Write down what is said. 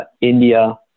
India